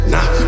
Nah